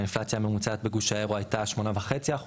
האינפלציה הממוצעת בגוש האירו הייתה 8.5%,